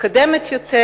מתקדמת יותר,